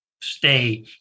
stay